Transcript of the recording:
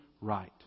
right